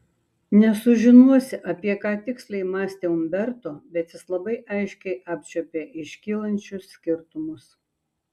nesužinosi apie ką tiksliai mąstė umberto bet jis labai aiškiai apčiuopė iškylančius skirtumus